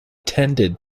tended